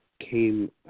came